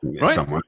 Right